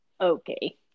Okay